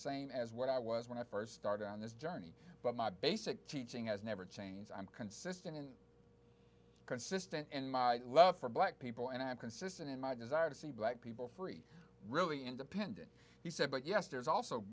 same as what i was when i first started on this journey but my basic teaching has never changed i'm consistent and consistent in my love for black people and i'm consistent in my desire to see black people free really independent he said but yes there's also